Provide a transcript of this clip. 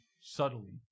subtly